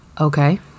Okay